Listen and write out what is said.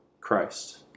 Christ